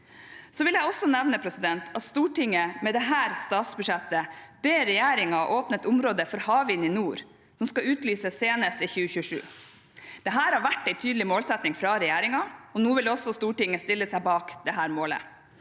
Så vil jeg også nevne at Stortinget med dette statsbudsjettet ber regjeringen åpne et område for havvind i nord, som skal utlyses senest i 2027. Dette har vært en tydelig målsetting fra regjeringen, og nå vil også Stortinget stille seg bak dette målet.